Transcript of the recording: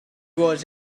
was